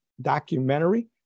documentary